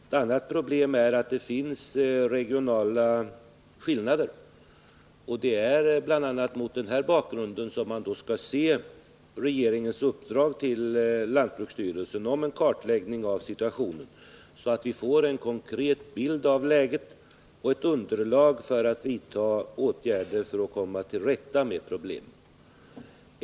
Ett annat problem är att det finns regionala skillnader. Det är bl.a. mot den bakgrunden som man skall se regeringens uppdrag till lantbruksstyrelsen att göra en kartläggning av situationen, så att vi får en konkret bild av läget och ett underlag för att vidta åtgärder för att komma till rätta med problemet.